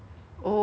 korea